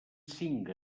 cinc